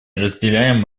разделяем